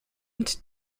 und